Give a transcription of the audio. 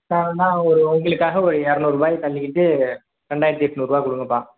நான் வேண்ணால் ஒரு உங்களுக்காக ஒரு இரநூற் ரூபாய தள்ளிக்கிட்டு ரெண்டாயிரத்து எட்நூறு ரூபா கொடுங்கப்பா